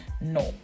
No